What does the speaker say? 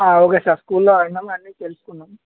okay sir స్కూల్లో అడిగినాం అన్ని తెలుసుకున్నాం